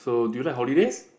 so do you like holidays